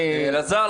אני --- אלעזר,